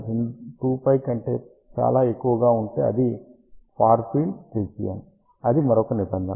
r విలువ λ 2π కంటే చాలా ఎక్కువగా ఉంటే అది ఫార్ ఫీల్డ్ రీజియన్ అది మరొక నిబంధన